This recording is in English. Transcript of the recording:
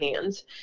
hands